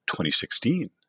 2016